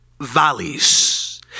valleys